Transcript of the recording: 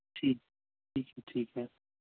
ٹھیک ٹھیک ہے ٹھیک ہے